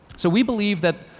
so we believe that